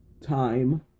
time